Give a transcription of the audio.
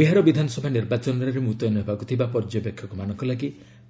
ବିହାର ବିଧାନସଭା ନିର୍ବାଚନରେ ମୁତୟନ ହେବାକୁ ଥିବା ପର୍ଯ୍ୟବେକ୍ଷକମାନଙ୍କ ଲାଗି